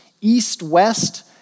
east-west